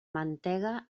mantega